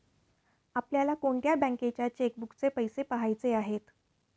आपल्याला कोणत्या बँकेच्या चेकबुकचे पैसे पहायचे आहे?